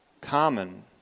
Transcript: common